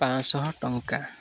ପାଞ୍ଚଶହ ଟଙ୍କା